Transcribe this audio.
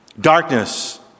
Darkness